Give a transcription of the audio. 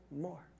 more